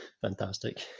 Fantastic